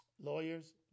Lawyers